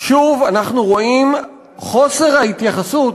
שוב אנחנו רואים חוסר ההתייחסות.